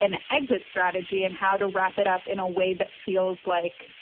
an exit strategy and how to wrap it up in a way that feels like.